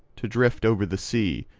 to drift over the sea,